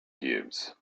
cubes